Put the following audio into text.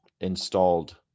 installed